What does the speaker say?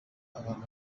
abantu